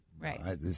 Right